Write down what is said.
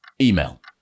Email